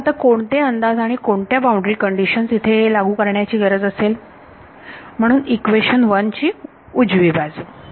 तर आता कोणते अंदाज किंवा कोणत्या बाउंड्री कंडिशन्स इथे लागू करण्याची गरज असेल म्हणून इक्वेशन 1 उजवी बाजू